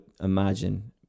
imagine